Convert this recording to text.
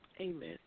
Amen